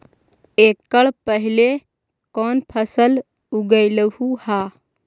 एकड़ पहले कौन फसल उगएलू हा?